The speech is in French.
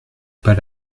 pas